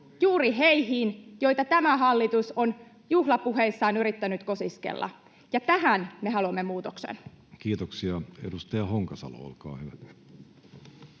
juuri heihin, joita tämä hallitus on juhlapuheissaan yrittänyt kosiskella, ja tähän me haluamme muutoksen. Kiitoksia. — Edustaja Honkasalo, olkaa hyvä.